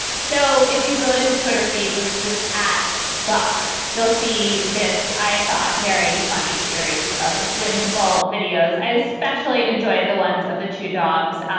so if you go to his twitter feed, which is just at buck, you'll see this i thought very funny series of whimsical videos. i especially enjoyed the ones of the two dogs